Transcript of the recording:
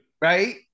Right